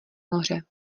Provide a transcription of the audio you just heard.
moře